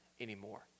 anymore